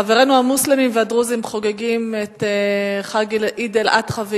חברינו המוסלמים והדרוזים חוגגים את עיד אל-אדחא,